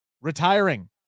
retiring